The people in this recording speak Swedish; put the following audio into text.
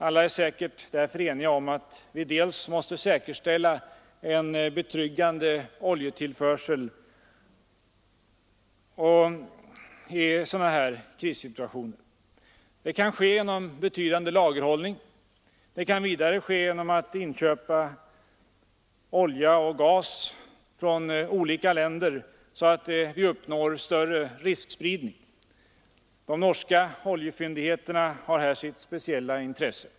Alla är säkert därför eniga om att vi måste säkerställa en betryggande oljetillförsel i sådana här krissituationer. Det kan ske genom betydande lagerhållning. Det kan vidare ske genom att inköpen av olja och gas görs från olika länder, så att vi uppnår större riskspridning. De norska oljefyndigheterna har här sitt speciella intresse.